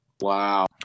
Wow